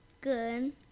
Good